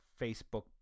Facebook